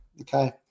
okay